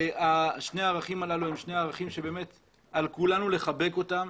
שני הערכים הללו הם שני ערכים שעל כולנו לחבק אותם.